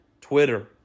Twitter